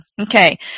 okay